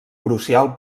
crucial